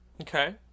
Okay